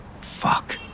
Fuck